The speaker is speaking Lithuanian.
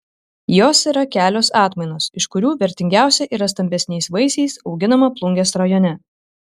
jos yra kelios atmainos iš kurių vertingiausia yra stambesniais vaisiais auginama plungės rajone